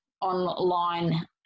online